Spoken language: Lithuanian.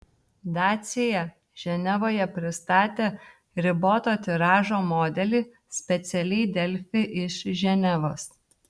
dacia ženevoje pristatė riboto tiražo modelį specialiai delfi iš ženevos